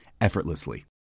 effortlessly